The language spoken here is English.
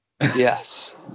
Yes